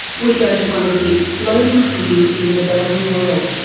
we go to one of the exploding cities in the developing world,